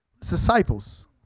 disciples